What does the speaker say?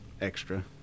extra